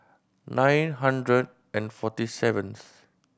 nine hundred and forty seventh